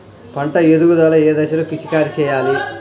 పంట ఎదుగుదల ఏ దశలో పిచికారీ చేయాలి?